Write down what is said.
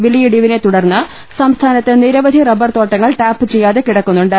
വിലയിടിവിനെ തുടർന്ന് സംസ്ഥാനത്ത് നിരവധി റബർ തോട്ടങ്ങൾ ടാപ്പ് ചെയ്യാതെ കിടക്കുന്നുണ്ട്